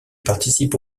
participe